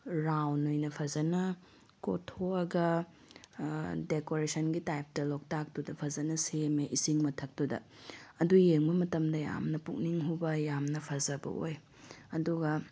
round ꯑꯣꯏꯅ ꯐꯖꯅ ꯀꯣꯠꯊꯣꯛꯑꯒ ꯗꯦꯀꯣꯔꯦꯁꯟꯒꯤ ꯇꯥꯏꯞꯇ ꯂꯣꯛꯇꯥꯛꯇꯨꯗ ꯐꯖꯅ ꯁꯦꯝꯃꯦ ꯏꯁꯤꯡ ꯃꯊꯛꯇꯨꯗ ꯑꯗꯨ ꯌꯦꯡꯕ ꯃꯇꯝꯗ ꯌꯥꯝꯅ ꯄꯨꯛꯅꯤꯡ ꯍꯨꯕ ꯌꯥꯝꯅ ꯐꯖꯕ ꯑꯣꯏ ꯑꯗꯨꯒ